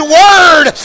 word